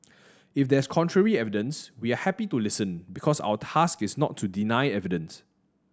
if there's contrary evidence we are happy to listen because our task is not to deny evidence